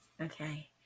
Okay